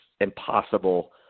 impossible